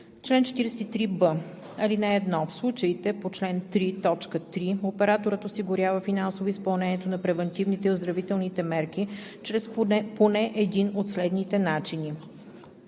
Чл. 43б. (1) В случаите по чл. 3, т. 3 операторът осигурява финансово изпълнението на превантивните и оздравителните мерки чрез поне един от следните начини: